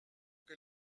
que